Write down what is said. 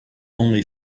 only